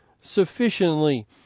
sufficiently